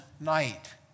night